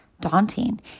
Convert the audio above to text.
daunting